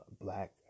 black